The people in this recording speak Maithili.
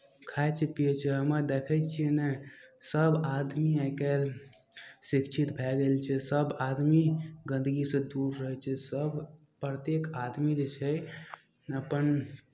खाइ छै पियै छै हमे देखै छियै ने सभ आदमी आइ काल्हि शिक्षित भए गेल छै सभ आदमी गन्दगीसँ दूर रहै छै सभ प्रत्येक आदमी जे छै अपन